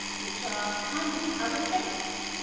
which are kind of paddle-shaped.